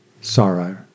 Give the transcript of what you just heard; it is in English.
sorrow